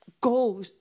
go